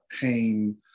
pain